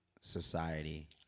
society